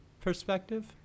perspective